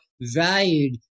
valued